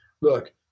Look